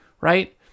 right